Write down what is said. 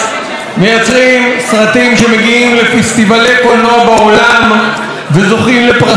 מייצרים סרטים שמגיעים לפסטיבלי קולנוע בעולם וזוכים לפרסים.